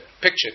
picture